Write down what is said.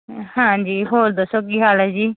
ਹਾਂਜੀ ਹੋਰ ਦੱਸੋ ਕੀ ਹਾਲ ਹੈ ਜੀ